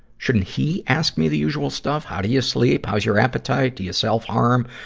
shouldn't he ask me the usual stuff how do you sleep, how's your appetite, do you self-harm,